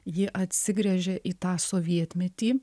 ji atsigręžė į tą sovietmetį